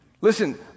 Listen